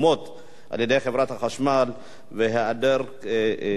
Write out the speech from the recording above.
על-ידי חברת החשמל והיעדר כוח